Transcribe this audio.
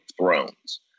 Thrones